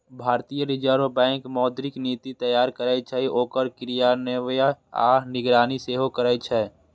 भारतीय reserve bank मौद्रिक नीति तैयार करै छै, ओकर क्रियान्वयन आ निगरानी सेहो करै छै